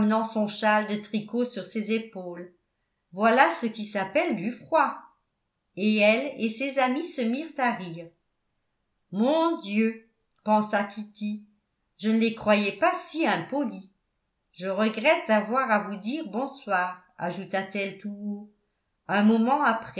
son châle de tricot sur ses épaules voilà ce qui s'appelle du froid et elle et ses amis se mirent à rire mon dieu pensa kitty je ne les croyais pas si impolis je regrette d'avoir à vous dire bonsoir ajouta-t-elle tout haut un moment